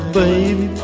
baby